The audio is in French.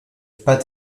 pas